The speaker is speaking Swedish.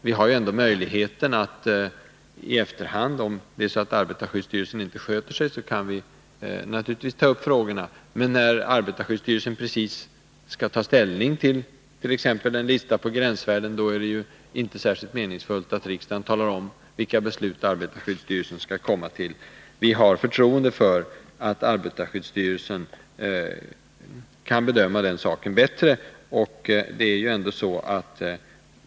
Vi har ju ändå möjlighet att ta upp frågorna i efterhand, om arbetarskyddsstyrelsen inte sköter sig. Men när arbetarskyddsstyrelsen precis skall ta ställning till exempelvis en lista på gränsvärden, då är det inte särskilt meningsfullt att riksdagen talar om vilka beslut arbetarskyddsstyrelsen skall komma till. Vi har förtroende för att arbetarskyddsstyrelsen kan göra en riktig bedömning i sådana här frågor.